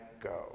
go